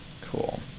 cool